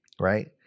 right